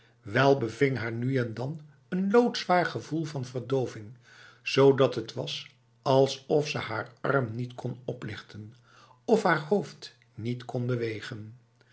beving haar nu en dan een loodzwaar gevoel van verdoving zodat het was alsof ze haar arm niet kon oplichten of haar hoofd niet kon bewegen